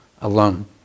alone